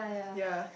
yea